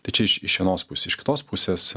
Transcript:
tai čia iš iš vienos pusės iš kitos pusės